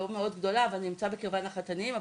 אמנם לא מאוד גדולה אבל נמצא בקרה לנחל תנינים,